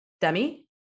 dummy